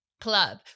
Club